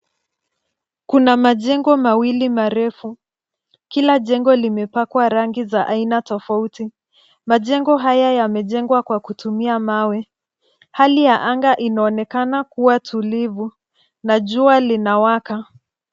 Kuna majengo mawili marefu. Kila jengo limepakwa rangi za aina tofauti. Majengo haya yamejengwa kwa kutumia mawe. Hali ya anga inaonekana kuwa tulivu na jua linawaka.